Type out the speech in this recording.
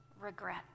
regret